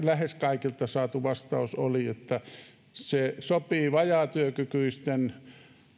lähes kaikilta saatu vastaus oli että se sopii vajaatyökykyisten